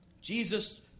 Jesus